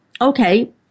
Okay